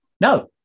No